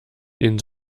den